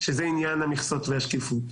וזה עניין המכסות והשקיפות.